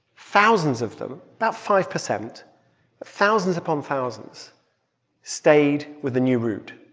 thousands of them about five percent thousands upon thousands stayed with the new route.